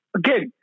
again